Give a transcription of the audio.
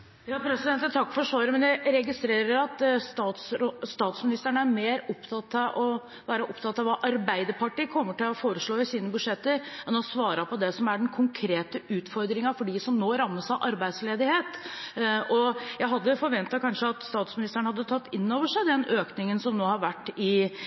Jeg takker for svaret, men jeg registrerer at statsministeren er mer opptatt av hva Arbeiderpartiet kommer til å foreslå i sine budsjetter, enn av å svare på den konkrete utfordringen for dem som nå rammes av arbeidsledighet. Jeg hadde kanskje forventet at statsministeren hadde tatt inn over seg den økningen i ledigheten som har vært de siste månedene, og vært noe mer offensiv i